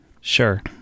sure